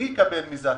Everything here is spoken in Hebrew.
מי יקבל מזה הטבה?